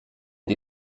die